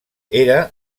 era